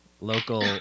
local